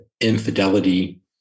infidelity